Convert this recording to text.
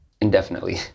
indefinitely